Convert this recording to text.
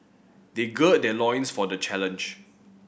they gird their loins for the challenge